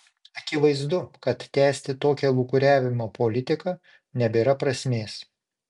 akivaizdu kad tęsti tokią lūkuriavimo politiką nebėra prasmės